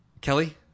Kelly